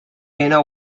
inner